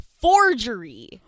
forgery